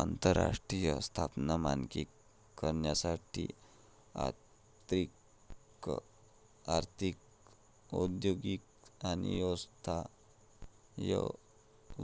आंतरराष्ट्रीय संस्था मानकीकरणासाठी तांत्रिक औद्योगिक आणि